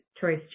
choice